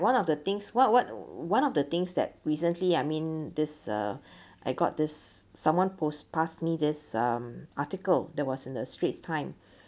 one of the things what what one of the things that recently I mean this uh I got this someone post passed me this um article that was in the straits time